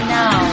now